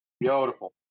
Beautiful